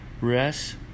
rest